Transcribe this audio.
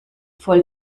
voll